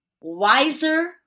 wiser